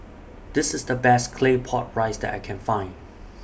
This IS The Best Claypot Rice that I Can Find